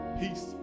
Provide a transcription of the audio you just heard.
Peace